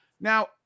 Now